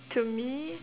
to me